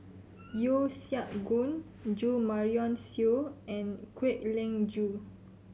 Yeo Siak Goon Jo Marion Seow and Kwek Leng Joo